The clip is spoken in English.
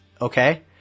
Okay